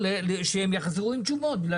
שהם יחזרו עם תשובות.